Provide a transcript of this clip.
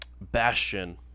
Bastion